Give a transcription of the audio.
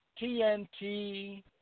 TNT